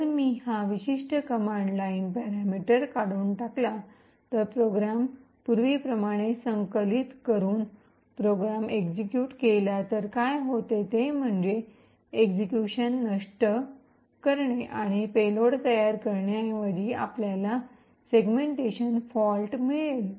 जर मी हा विशिष्ट कमांड लाइन पॅरामीटर काढून टाकला तर प्रोग्रॅम पूर्वीप्रमाणे संकलित करून प्रोग्रॅम एक्सिक्यूट केला तर काय होते ते म्हणजे एक्सिक्यूशन नष्ट सबव्हर्ट करणे आणि पेलोड तयार करण्याऐवजी आपल्याला सेगमेंटेशन फॉल्ट मिळेल